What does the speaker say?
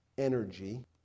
energy